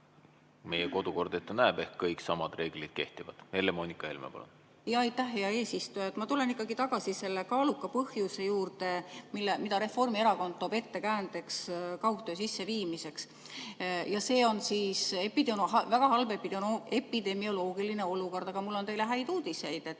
meie kodukord ette näeb, ehk kõik samad reeglid kehtivad. Helle-Moonika Helme, palun! Aitäh, hea eesistuja! Ma tulen ikkagi tagasi selle kaaluka põhjuse juurde, mida Reformierakond toob ettekäändeks kaugtöö sisseviimiseks – see on väga halb epidemioloogiline olukord. Aga mul on teile häid uudiseid: